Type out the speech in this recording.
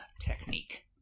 technique